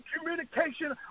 communication